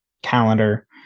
Calendar